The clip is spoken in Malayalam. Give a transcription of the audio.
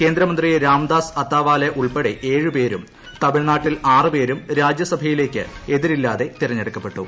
കേന്ദ്രമന്ത്രി രാംദാസ് അത്താവാലെ ഉൾപ്പെടെ ഏഴു പേരും തമിഴ്നാട്ടിൽ ആറുപേരും രാജ്യസഭയിലേക്ക് എതിരില്ലാതെ തെരഞ്ഞെടുക്കപ്പെട്ടു